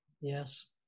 Yes